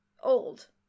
old